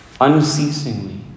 unceasingly